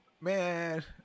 Man